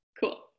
cool